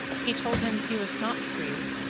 he told him he was not free,